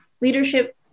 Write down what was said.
leadership